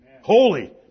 Holy